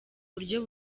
buryo